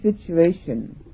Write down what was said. situation